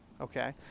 okay